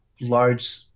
large